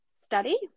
study